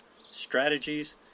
strategies